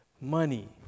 money